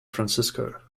francisco